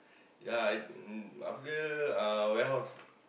yea I uh after warehouse